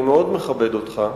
אני מאוד מכבד אותך,